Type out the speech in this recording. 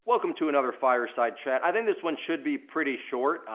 welcome to another fireside chat. i think this one should be pretty short,